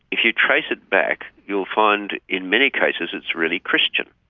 if you trace it back you'll find in many cases it's really christian.